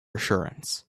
assurance